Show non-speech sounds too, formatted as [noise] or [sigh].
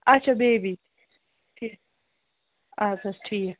آچھا بیبی [unintelligible] اَدٕ حظ ٹھیٖک